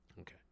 Okay